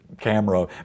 camera